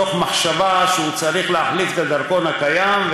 מתוך מחשבה שהוא צריך להחליף את הדרכון הקיים,